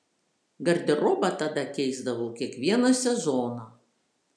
garderobą tada keisdavau kiekvieną sezoną